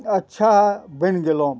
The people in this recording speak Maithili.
अच्छा बनि गेलहुँ